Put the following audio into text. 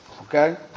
Okay